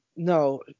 No